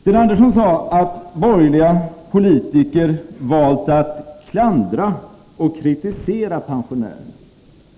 Sten Andersson sade att borgerliga politiker valt att klandra och kritisera pensionärerna.